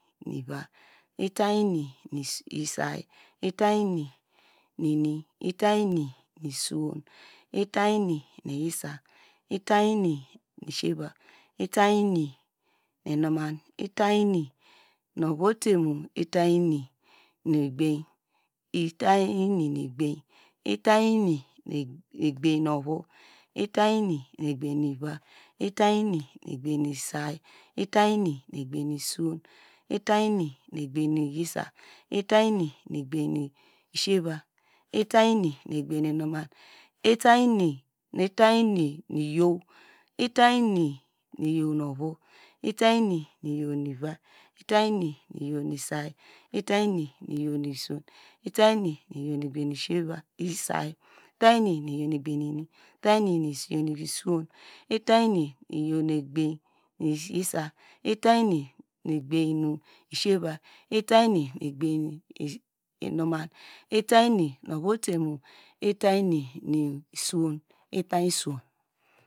Ivai itany ini nu saȳ itany ini nu inl, itany ini nu yisa, itany ini itany ini nu siyevu, itany ini nu inuman, itany ini nu ovu ote mu itany ini nu egbany, itany ini nu eqbany, itany ini nu eqbany nu ovu, itany ini nu eqbany nu iva, itany ini nu eqbany nu saȳ, itany ini nu eqbany nu isuwon, itany ini nu egbany nu yisa, itany ini nu eqbany nu siyeva itany ini nu eqbany nu inuman, itany ini nu itany ini nu iyor, itany ini nu i̱yow nu ovui, itany ini nu iyow nu ivoī itany ini nu iyow nu saȳ itany ini nu iyow nu ini itany ini nu iyow nu suwōn, itany ini nu iyow nu yisa, itany ini nu iyow nu siyeva, itany ini nu iyow nu inuman, itany ini nu ovu ōte mu itany ini nu sūwon itany sūwōn.